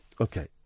Okay